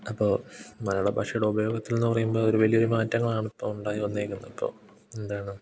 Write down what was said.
അപ്പോൾ മലയാള ഭാഷയുടെ ഉപയോഗത്തിൽ നിന്ന് പറയുമ്പോൾ അതൊരു വലിയൊരു മാറ്റങ്ങളാണ് ഇപ്പോൾ ഉണ്ടായി വന്നിരിക്കുന്നത് ഇപ്പോൾ എന്താണ്